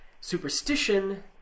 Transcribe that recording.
superstition